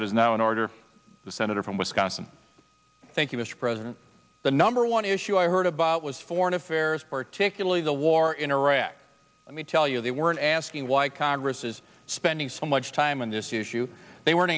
it is now in order the senator from wisconsin thank you mr president the number one issue i heard about was foreign affairs particularly the war in iraq let me tell you they weren't asking why congress is spending so much time on this issue they were